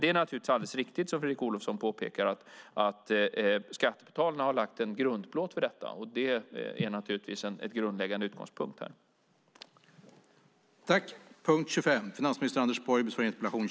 Det är dock alldeles riktigt som Fredrik Olovsson påpekar att skattebetalarna har lagt en grundplåt för detta, och det är naturligtvis en grundläggande utgångspunkt här.